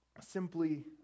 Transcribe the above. simply